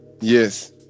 Yes